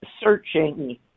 searching